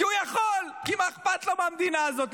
כי הוא יכול, כי מה אכפת לו מהמדינה הזאת?